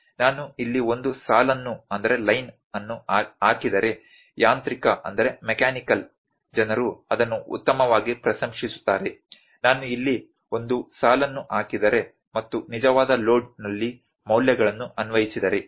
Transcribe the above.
ನಾನು ಇಲ್ಲಿ ಒಂದು ಸಾಲನ್ನು ಹಾಕಿದರೆ ಯಾಂತ್ರಿಕ ಜನರು ಅದನ್ನು ಉತ್ತಮವಾಗಿ ಪ್ರಶಂಸಿಸುತ್ತಾರೆ ನಾನು ಇಲ್ಲಿ ಒಂದು ಸಾಲನ್ನು ಹಾಕಿದರೆ ಮತ್ತು ನಿಜವಾದ ಲೋಡ್ ನಲ್ಲಿ ಮೌಲ್ಯಗಳನ್ನು ಅನ್ವಯಿಸಿದರೆ